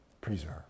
preserve